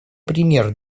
пример